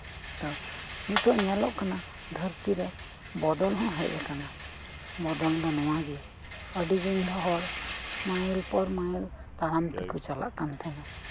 ᱱᱤᱛᱚᱜ ᱧᱮᱞᱚᱜ ᱠᱟᱱᱟ ᱫᱷᱟᱹᱨᱛᱤᱨᱮ ᱵᱚᱫᱚᱞ ᱦᱚᱸ ᱦᱮᱡ ᱟᱠᱟᱱᱟ ᱵᱚᱫᱚᱞ ᱫᱚ ᱱᱚᱶᱟ ᱜᱮ ᱟᱹᱰᱤ ᱫᱤᱱ ᱫᱚ ᱢᱟᱭᱤᱞ ᱠᱮ ᱢᱟᱭᱤᱞ ᱛᱟᱲᱟᱢ ᱛᱮᱠᱚ ᱪᱟᱞᱟᱜ ᱠᱟᱱ ᱛᱟᱦᱮᱱᱟ